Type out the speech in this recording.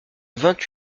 vingt